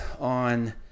on